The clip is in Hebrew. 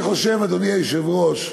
אני חושב, אדוני היושב-ראש,